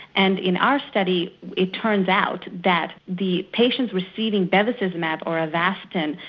and in our study it turns out that the patients receiving bevacizumab, or avastin,